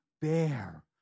bear